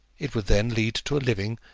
it would then lead to a living,